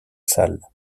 salle